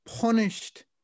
punished